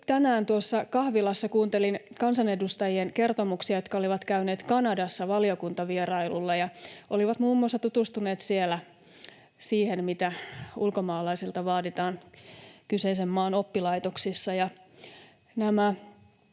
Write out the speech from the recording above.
tänään tuossa kahvilassa kuuntelin niiden kansanedustajien kertomuksia, jotka olivat käyneet Kanadassa valiokuntavierailulla. He olivat muun muassa tutustuneet siellä siihen, mitä ulkomaalaisilta vaaditaan kyseisen maan oppilaitoksissa.